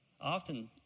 Often